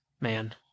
Man